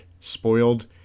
Spoiled